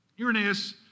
Irenaeus